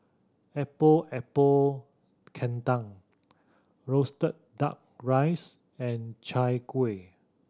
Epok Epok Kentang roasted Duck Rice and Chai Kueh